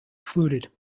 fluted